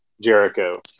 Jericho